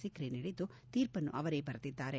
ಸಿಪ್ರಿ ನೀಡಿದ್ದು ತೀರ್ಪನ್ನು ಅವರೇ ಬರೆದಿದ್ದಾರೆ